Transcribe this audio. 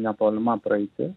netolima praeitis